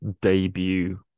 debut